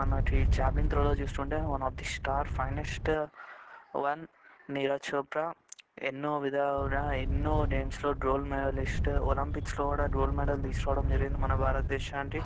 మనకి ఛాంపియన్ త్రోలో చూసుకుంటే one of the star finest one Neeraj Chopra ఎన్నో విధాలుగా ఎన్నో గేమ్స్లో గోల్డ్ మెడలిస్టు ఒలంపిక్స్లో కూడా గోల్డ్ మెడల్ తీసుకురావడం జరిగింది మన భారతదేశానికి